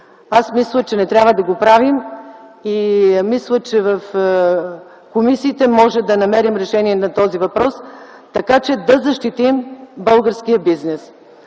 Аз мисля, че не трябва да го правим. В комисиите можем да намерим решение на този въпрос, така че да защитим българския бизнес.